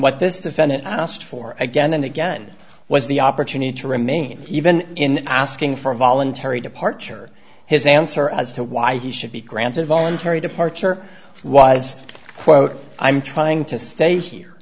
what this defendant asked for again and again was the opportunity to remain even in asking for a voluntary departure his answer as to why he should be granted voluntary departure was quote i'm trying to stay here